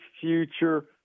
future